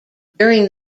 during